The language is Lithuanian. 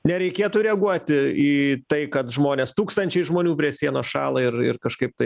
nereikėtų reaguoti į tai kad žmonės tūkstančiai žmonių prie sienos šąla ir ir kažkaip tai